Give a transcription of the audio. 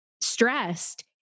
stressed